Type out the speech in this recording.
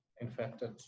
infected